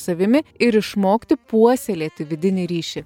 savimi ir išmokti puoselėti vidinį ryšį